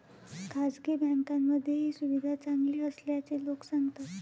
खासगी बँकांमध्ये ही सुविधा चांगली असल्याचे लोक सांगतात